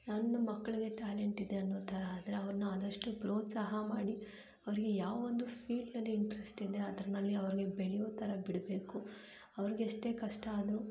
ನನ್ನ ಮಕ್ಕಳಿಗೆ ಟ್ಯಾಲೆಂಟಿದೆ ಅನ್ನೋ ಥರ ಆದರೆ ಅವ್ರನ್ನ ಆದಷ್ಟು ಪ್ರೋತ್ಸಾಹ ಮಾಡಿ ಅವರಿಗೆ ಯಾವೊಂದು ಫೀಲ್ಡಲ್ಲಿ ಇಂಟ್ರೆಸ್ಟಿದೆ ಅದರಲ್ಲಿ ಅವರಿಗೆ ಬೆಳೆಯೋ ಥರ ಬಿಡಬೇಕು ಅವ್ರಿಗೆ ಎಷ್ಟೇ ಕಷ್ಟ ಆದ್ರೂ